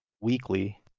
weekly